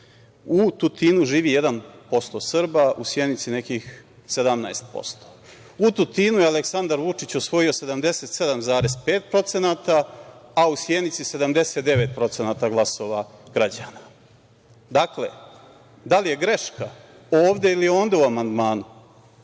Tutinu živi 1% Srba, u Sjenici nekih 17%. U Tutinu je Aleksandar Vučić osvojio 77,5%, a u Sjenici 79% glasova građana. Dakle, da li je greška ovde ili onde u amandmanu,